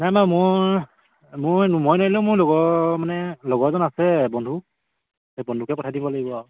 নাই নাই মোৰ মোৰ নো মই নোৱাৰিলেও মোৰ লগৰ মানে লগৰ এজন আছে বন্ধু সেই বন্ধুকে পঠাই দিব লাগিব আৰু